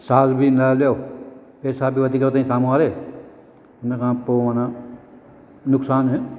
साल बि न हलियो पैसा बि वधीक वरितई साम्हूं वारे उन खां पोइ माना नुक़सान